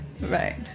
Right